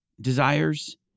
desires